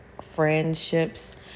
friendships